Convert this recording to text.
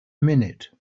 minute